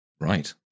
right